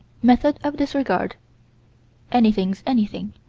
method of disregard anything's anything.